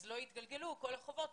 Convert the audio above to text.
לא יתגלגלו כל החובות.